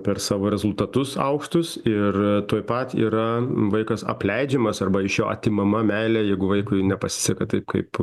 per savo rezultatus aukštus ir tuoj pat yra vaikas apleidžiamas arba iš jo atimama meilė jeigu vaikui nepasiseka taip kaip